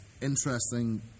interesting